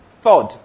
Third